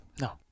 no